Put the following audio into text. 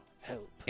help